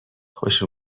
خوش